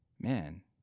man